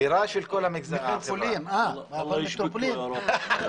הכול בנצרת.